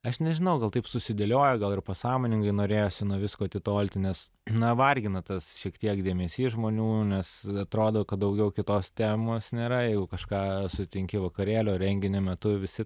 aš nežinau gal taip susidėlioja gal ir pasąmoningai norėjosi nuo visko atitolti nes na vargina tas šiek tiek dėmesys žmonių nes atrodo kad daugiau kitos temos nėra jau kažką sutinki vakarėlio renginio metu visi